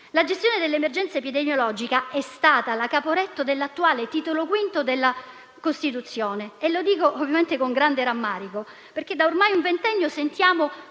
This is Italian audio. La gestione dell'emergenza epidemiologica è stata la Caporetto dell'attuale Titolo V della Costituzione e lo dico con grande rammarico, perché da ormai un ventennio sentiamo